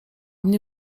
mnie